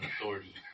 authority